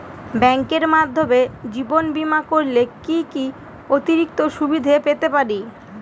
ব্যাংকের মাধ্যমে জীবন বীমা করলে কি কি অতিরিক্ত সুবিধে পেতে পারি?